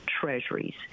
treasuries